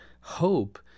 hope